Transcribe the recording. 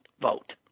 vote